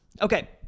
Okay